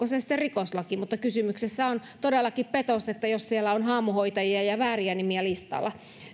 se sitten rikoslaki kysymyksessä on todellakin petos jos siellä on haamuhoitajia ja vääriä nimiä listalla